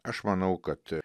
aš manau kad